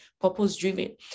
purpose-driven